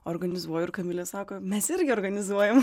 organizuoju ir kamilė sako mes irgi organizuojam